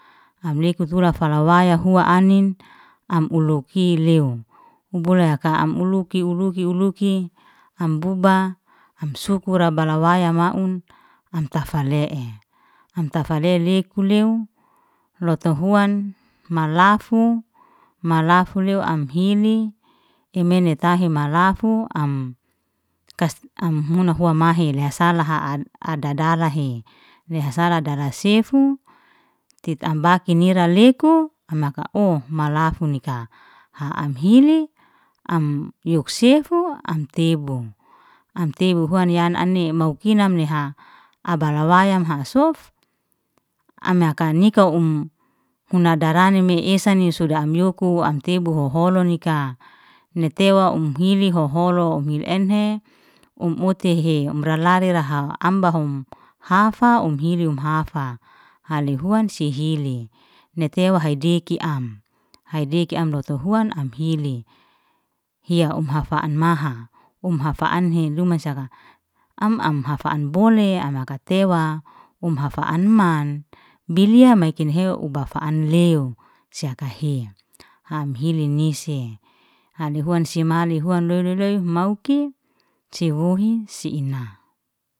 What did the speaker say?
Am leku tura falawaya hua anin am uluki lew, u bole amka uluki uluki uluki am buba am sukura bala waya maun, am tafa le'e, am tafale leku lew, lotu huan malafu, malafu lew am hili imene tahi malafu am am huna hua mahe le salaha adarahe ne hasa dara sefu, tit abake nira leku am haka'o malafu nika am hili am yok sefu am tebu. Amte huhuan yan ani mau kina amneha abala wayam ha sof, amhe nika um huna darani me eseni suda am yoku u am tebu hoholi nika, ni tewa um hili hoholo um hili enhe um uti hehe um ralari raha am bahom hafa um hili um hafa. Haley huan si hili ni tewa haidiki am, haidiki am lotu huan am hili, hia hom hafa'an maha um hafa'an he luman saka am- am hafa'an bole am haka tewa, um hafa'an man bilya maekenheo uba fa'an lew, sia hakahe am hili nese hali huan si maleni huan loy loy loy humauki si hohi si ina.